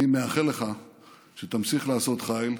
אני מאחל לך שתמשיך לעשות חיל.